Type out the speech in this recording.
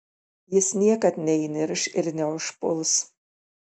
jis niekad neįnirš ir neužpuls